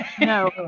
No